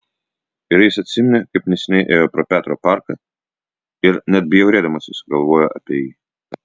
ir jis atsiminė kaip neseniai ėjo pro petro parką ir net bjaurėdamasis galvojo apie jį